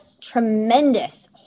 tremendous